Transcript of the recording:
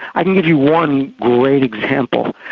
i can give you one great example.